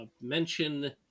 mention